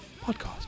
Podcast